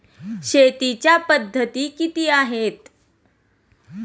शेतीच्या पद्धती किती आहेत?